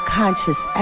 conscious